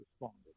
responded